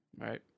Right